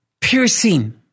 piercing